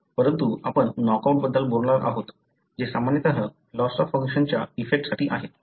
परंतु आपण नॉकआउटबद्दल बोलणार आहोत जे सामान्यतः लॉस ऑफ फंक्शनच्या इफेक्टसाठी आहे